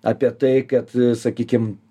apie tai kad sakykim